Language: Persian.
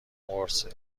قرصه